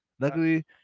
Luckily